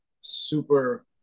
super